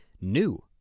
new